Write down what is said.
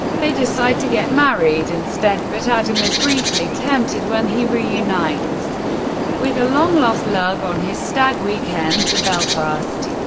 they decide to get married instead, but adam is briefly tempted when he reunites with a long-lost love on his stag weekend to belfast.